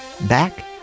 Back